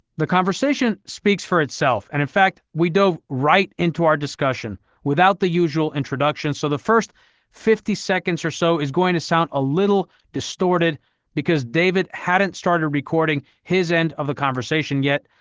the conversation speaks for itself and in fact, we dove right into our discussion without the usual introduction. so the first fifty seconds or so is going to sound a little distorted because david hadn't started recording his end of the conversation yet,